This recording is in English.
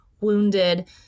wounded